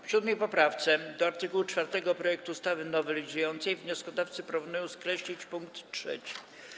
W 7. poprawce do art. 4 projektu ustawy nowelizującej wnioskodawcy proponują skreślić pkt 3.